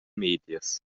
medias